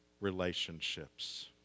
relationships